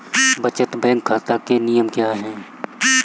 बचत बैंक खाता के नियम क्या हैं?